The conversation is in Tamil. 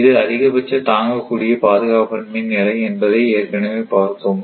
இது அதிகபட்ச தாங்கக்கூடிய பாதுகாப்பின்மை நிலை என்பதை ஏற்கனவே பார்த்தோம்